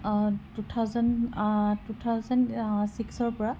two thousand two thousand ছিক্সৰ পৰা